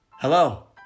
Hello